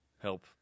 Help